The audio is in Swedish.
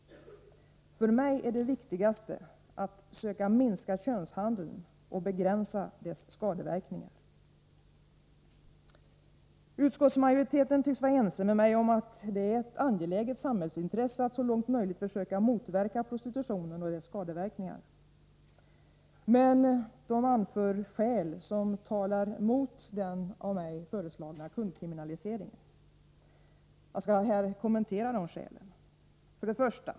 För mig är det viktigaste att söka minska könshandeln och begränsa dess skadeverkningar. Utskottsmajoriteten tycks vara ense med mig om att det är ett angeläget samhällsintresse att så långt möjligt försöka motverka prostitutionen och dess skadeverkningar. Men den anför skäl som talar mot den av mig föreslagna kundkriminaliseringen. Jag skall här kommentera de skälen. 1.